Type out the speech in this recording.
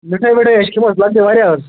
مِٹھٲے وِٹھٲے آسہِ کھیٚمٕژ لۅکٹہٕ واریاہ حظ